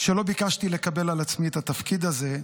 שלא ביקשתי לקבל על עצמי את התפקיד הזה,